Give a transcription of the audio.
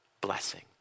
blessing